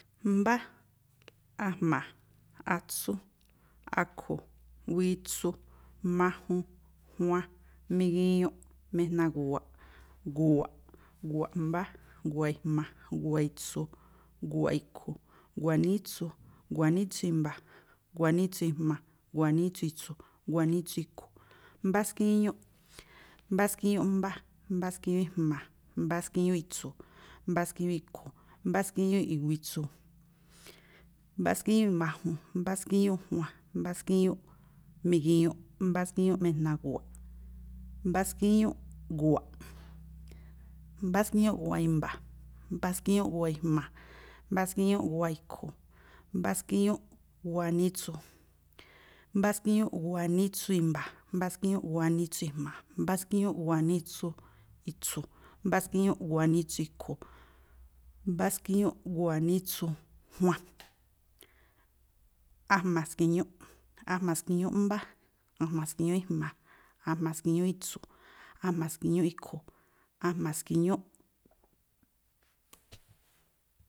Mbá, a̱jma̱, atsú, a̱khu̱, witsu, majun, juan, migiñuꞌ, mejnagu̱wa̱ꞌ, gu̱wa̱ꞌ, gu̱wa̱ꞌ mbá, gu̱wa̱ꞌ e̱jma̱, gu̱wa̱ꞌ i̱tsu̱, gu̱wa̱ꞌ i̱khu̱, gu̱wa̱ꞌ nítsu, gu̱wa̱ꞌ nítsu i̱mba̱, gu̱wa̱ꞌ nítsu i̱jma̱, gu̱wa̱ꞌ nítsu i̱tsu̱, gu̱wa̱ꞌ nítsu i̱khu̱, mbá skíñúꞌ, mbá skíñúꞌ mbá, mbá skíñúꞌ i̱jma̱, mbá skíñúꞌ i̱tsu̱, mbá skíñúꞌ i̱khu̱, mbá skíñúꞌ i̱witsu, mbá skíñúꞌ i̱majun, mbá skíñúꞌ juan, mbá skíñúꞌ migiñuꞌ, mbá skíñúꞌ mejnagu̱wa̱ꞌ, mbá skíñúꞌ gu̱wa̱ꞌ, mbá skíñúꞌ gu̱wa̱ꞌ i̱mba̱, mbá skíñúꞌ gu̱wa̱ꞌ i̱jma̱, mbá skíñúꞌ gu̱wa̱ꞌ i̱khu̱, mbá skíñúꞌ gu̱wa̱ꞌ nítsu, mbá skíñúꞌ gu̱wa̱ꞌ nítsu i̱mba̱, mbá skíñúꞌ gu̱wa̱ꞌ nítsu i̱jma̱, mbá skíñúꞌ gu̱wa̱ꞌ nítsu i̱tsu̱, mbá skíñúꞌ gu̱wa̱ꞌ nítsu i̱khu̱, mbá skíñúꞌ gu̱wa̱ꞌ nítsu juan. a̱jma̱ ski̱ñúꞌ, a̱jma̱ ski̱ñúꞌ mbá, a̱jma̱ ski̱ñúꞌ i̱jma̱, a̱jma̱ ski̱ñúꞌ i̱tsu̱, a̱jma̱ ski̱ñúꞌ i̱khu̱, a̱jma̱ ski̱ñúꞌ.